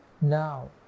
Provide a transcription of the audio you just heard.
now